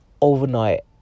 overnight